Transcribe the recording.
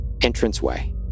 entranceway